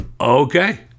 Okay